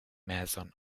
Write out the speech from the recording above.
mason